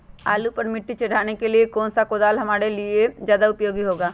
आलू पर मिट्टी चढ़ाने के लिए कौन सा कुदाल हमारे लिए ज्यादा उपयोगी होगा?